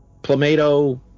Plumato